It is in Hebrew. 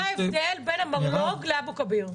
מה ההבדל בין המרלוג לאבו כביר?